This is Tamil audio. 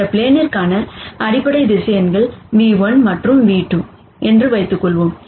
இந்த ப்ளேனிற்க்கான அடிப்படை வெக்டார் ν₁ மற்றும் v2 என்று வைத்துக் கொள்வோம்